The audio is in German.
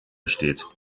steht